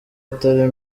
atari